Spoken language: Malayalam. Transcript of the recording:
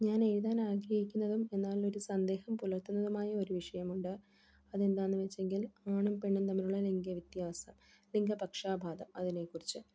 ഞാൻ എഴുതാൻ ആഗ്രഹിക്കുന്നതും എന്നാൽ ഒരു സന്ദേഹം പുലർത്തുന്നതുമായ ഒരു വിഷയമുണ്ട് അതെന്താണെന്നു വച്ചെങ്കിൽ ആണും പെണ്ണും തമ്മിലുള്ള ലിംഗ വ്യത്യാസം ലിംഗപക്ഷാഭേതം അതിനെക്കുറിച്ച്